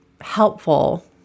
helpful